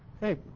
Hey